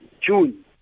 June